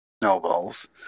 snowballs